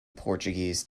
portuguese